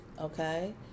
okay